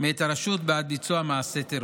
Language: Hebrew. מאת הרשות בעד ביצוע מעשה הטרור.